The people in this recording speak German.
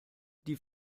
die